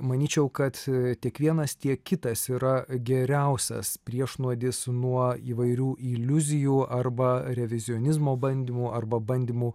manyčiau kad tiek vienas tiek kitas yra geriausias priešnuodis nuo įvairių iliuzijų arba revizionizmo bandymų arba bandymų